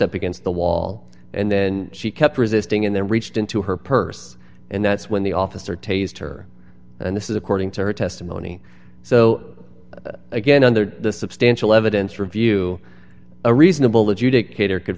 up against the wall and then she kept resisting and then reached into her purse and that's when the officer tasered her and this is according to her testimony so again on the substantial evidence review a reasonable adjudicator could